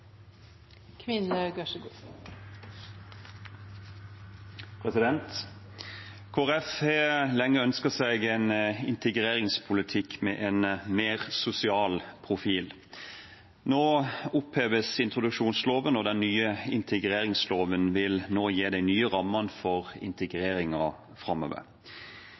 har lenge ønsket seg en integreringspolitikk med en mer sosial profil. Nå oppheves introduksjonsloven, og den nye integreringsloven vil nå gi de nye rammene for integreringen framover.